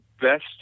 best